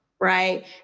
right